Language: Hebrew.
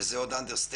וזה עוד אנדרסטייטמנט.